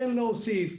כן להוסיף.